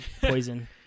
poison